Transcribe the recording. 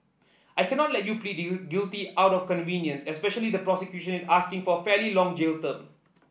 I cannot let you plead guilty out of convenience especially the prosecution asking for fairly long jail term